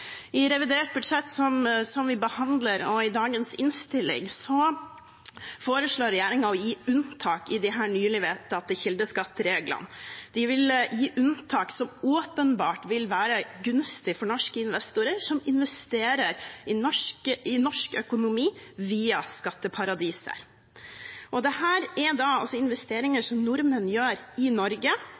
I revidert budsjett som vi behandler, og i dagens innstilling, foreslår regjeringen å gi unntak i disse nylig vedtatte kildeskattreglene. Den vil gi unntak som åpenbart vil være gunstig for norske investorer som investerer i norsk økonomi via skatteparadiser. Dette er investeringer som nordmenn gjør i Norge,